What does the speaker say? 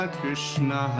Krishna